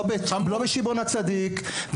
לא בשמעון הצדיק,